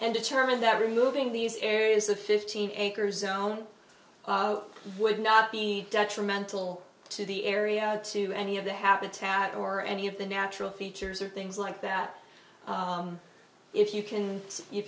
and determined that removing these areas of fifteen acres zone would not be detrimental to the area to any of the habitat or any of the natural features or things like that if you can